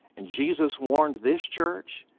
and jesus warned this church,